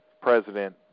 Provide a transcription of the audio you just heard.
President